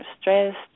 stressed